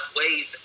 ways